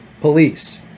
police